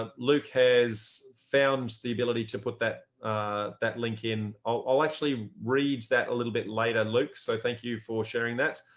um luke has found the ability to put that ah that link in i'll actually read that a little bit later, luke. so thank you for sharing that.